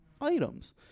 items